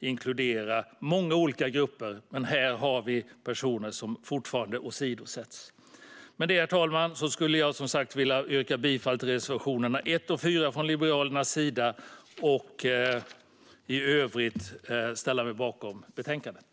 inkludera många olika grupper, men här har vi fortfarande personer som åsidosätts. Med det, herr talman, vill jag som sagt yrka bifall till reservationerna 1 och 4 från Liberalernas sida. I övrigt ställer jag mig bakom betänkandet.